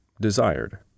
desired